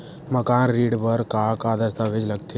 मकान ऋण बर का का दस्तावेज लगथे?